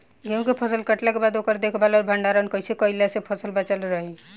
गेंहू के फसल कटला के बाद ओकर देखभाल आउर भंडारण कइसे कैला से फसल बाचल रही?